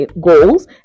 goals